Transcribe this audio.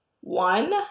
one